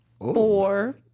four